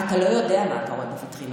אתה לא יודע מה אתה רואה בוויטרינות,